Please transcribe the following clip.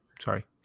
sorry